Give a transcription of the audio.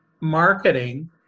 marketing